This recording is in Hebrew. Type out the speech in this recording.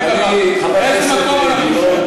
כולנו יודעים חבר הכנסת גילאון,